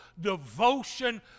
devotion